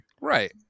Right